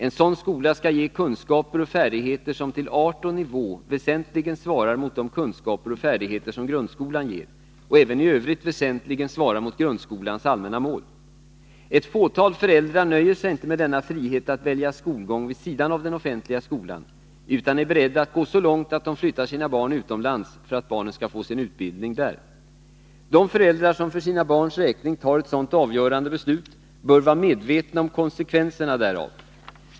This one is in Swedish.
En sådan skola skall ge kunskaper och färdigheter som till art och nivå väsentligen svarar mot de kunskaper och färdigheter som grundskolan ger och även i övrigt väsentligen svarar mot grundskolans allmänna mål. Ett fåtal föräldrar nöjer sig inte med denna frihet att välja skolgång vid sidan av den offentliga skolan utan är beredda att gå så långt att de flyttar sina barn utomlands för att barnen skall få sin utbildning där. De föräldrar som för sina barns räkning tar ett sådant avgörande beslut bör vara medvetna om konsekvenserna därav.